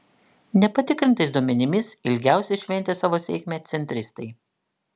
nepatikrintais duomenimis ilgiausiai šventė savo sėkmę centristai